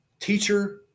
Teacher